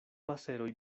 paseroj